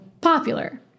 popular